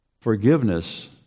Forgiveness